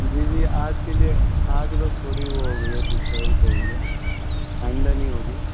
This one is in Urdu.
جی جی آج کے لیے آج بس تھوڑی وہ ہو گئی ہے ڈسٹربنس ہو گئی ہے آئندہ نہیں ہوگی